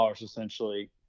essentially